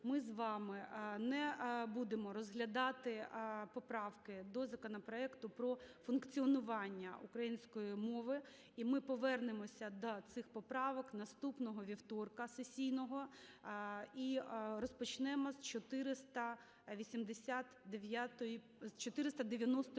ми з вами не будемо розглядати поправки до законопроекту про функціонування української мови. Ми повернемося до цих поправок наступного вівторка сесійного і розпочнемо з 490